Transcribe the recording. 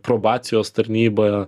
probacijos tarnyba